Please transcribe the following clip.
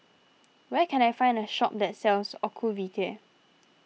where can I find a shop that sells Ocuvite